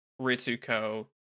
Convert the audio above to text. ritsuko